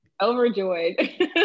overjoyed